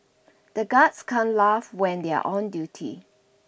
the guards can't laugh when they are on duty